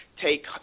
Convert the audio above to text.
take